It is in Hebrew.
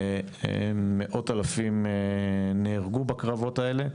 מאות אלפים נהרגו בקרבות האלה,